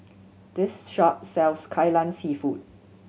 this shop sells Kai Lan Seafood